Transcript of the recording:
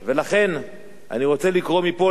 אני רוצה לקרוא מפה לשר הפנים אלי ישי